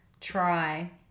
try